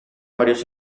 varios